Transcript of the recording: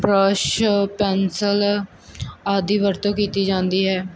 brush pencil ਆਦਿ ਦੀ ਵਰਤੋਂ ਕੀਤੀ ਜਾਂਦੀ ਹੈ